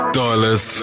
dollars